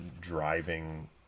driving